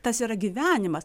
tas yra gyvenimas